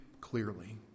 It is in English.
clearly